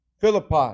Philippi